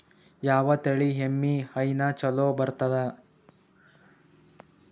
ಯಾವ ತಳಿ ಎಮ್ಮಿ ಹೈನ ಚಲೋ ಬರ್ತದ?